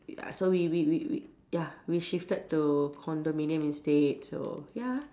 so we we we we ya we shifted to condominium instead so ya